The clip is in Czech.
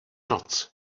noc